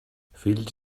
fills